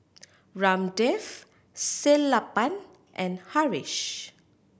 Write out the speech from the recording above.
Ramdev Sellapan and Haresh